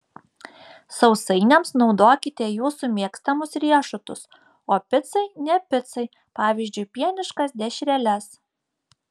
sausainiams naudokite jūsų mėgstamus riešutus o picai ne picai pavyzdžiui pieniškas dešreles